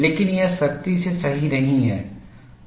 लेकिन यह सख्ती से सही नहीं है